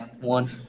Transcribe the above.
One